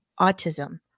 autism